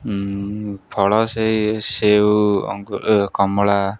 ଫଳ ସେଇ ସେଉ କମଳା